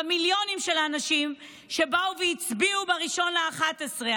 במיליונים של האנשים שבאו והצביעו ב-1 בנובמבר.